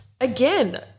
again